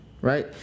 right